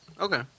okay